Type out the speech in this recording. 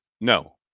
No